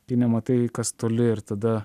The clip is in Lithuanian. kai nematai kas toli ir tada